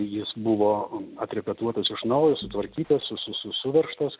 jis buvo atraportuotas iš naujo susitvarkytas suveržtas